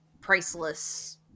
priceless